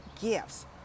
gifts